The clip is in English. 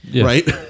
Right